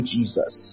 Jesus